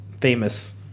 famous